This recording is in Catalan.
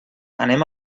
anem